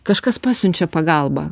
kažkas pasiunčia pagalbą